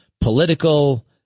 political